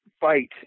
fight